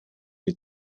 wir